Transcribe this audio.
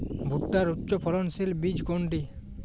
ভূট্টার উচ্চফলনশীল বীজ কোনটি?